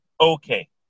okay